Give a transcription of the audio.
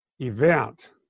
event